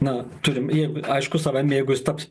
na turim ir aišku savaime jeigu jis taps